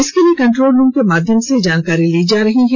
इसके लिए control room के माध्यम से विस्तृत जानकारी ली जा रही है